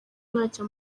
ntacyo